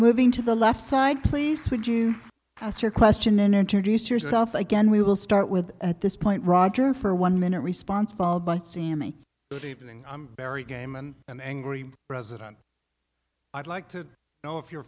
moving to the left side please would you ask your question and introduce yourself again we will start with at this point roger for one minute response followed by sammy good evening i'm barry game and an angry president i'd like to know if you're